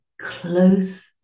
close